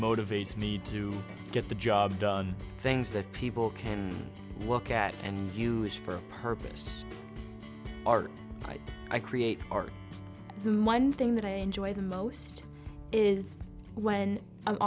motivates me to get the job done things that people can look at and use for purpose art i create art the one thing that i enjoy the most is when i'm